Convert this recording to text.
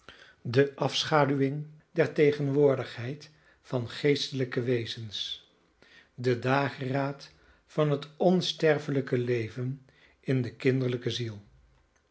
bijna de afschaduwing der tegenwoordigheid van geestelijke wezens de dageraad van het onsterfelijke leven in de kinderlijke ziel